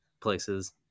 places